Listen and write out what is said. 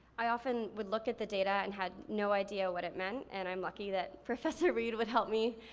i often would look at the data and had no idea what it meant and i'm lucky that professor reed would help me,